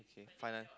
okay final